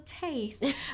taste